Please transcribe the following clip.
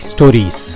Stories